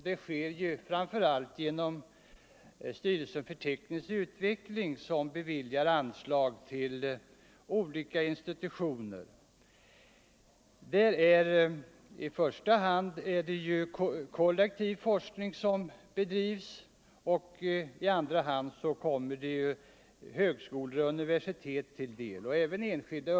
Den sker framför allt genom styrelsen för 20 november 1974 teknisk utveckling, som beviljar anslag till olika institutioner. Just anslaget till forskning inom kemi-, skogsoch träteknik intar tredje platsen — Vissa frågor bland STU:s anslag.